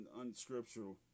unscriptural